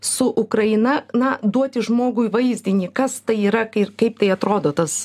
su ukraina na duoti žmogui vaizdinį kas tai yra ir kaip tai atrodo tas